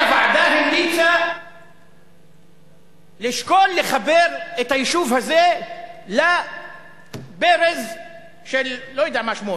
והוועדה המליצה לשקול לחבר את היישוב הזה לברז של לא יודע מה שמו,